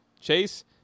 Chase